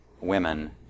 women